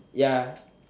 ya